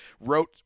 wrote